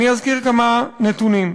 אני אזכיר כמה נתונים: